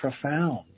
profound